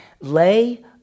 Lay